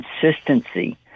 consistency